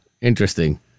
Interesting